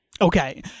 Okay